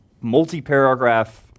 multi-paragraph